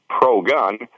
pro-gun